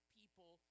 people